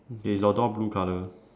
is your door blue colour